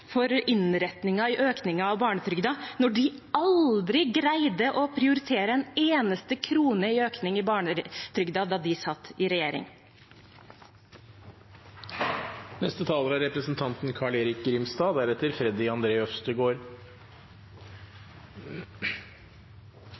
for innretningen i økningen av barnetrygden, når de aldri greide å prioritere en eneste krone i økning av barnetrygden da de satt i regjering. Jeg tror det er